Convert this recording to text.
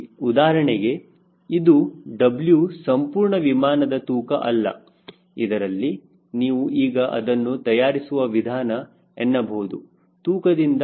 ಉದಾಹರಣೆಗೆ ಇದು W ಸಂಪೂರ್ಣ ವಿಮಾನದ ತೂಕ ಅಲ್ಲ ಇದರಲ್ಲಿ ನೀವು ಈಗ ಅದನ್ನು ತಯಾರಿಸುವ ವಿಧಾನ ಎನ್ನಬಹುದು ತೂಕದಿಂದ ತಯಾರಿಸುವ ವಿಧಾನ